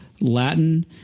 Latin